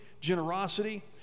generosity